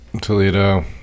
Toledo